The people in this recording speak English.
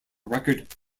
record